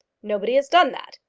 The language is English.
nobody has done that,